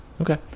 Okay